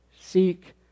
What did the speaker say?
seek